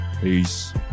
Peace